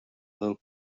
del